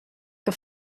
que